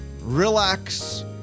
relax